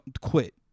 quit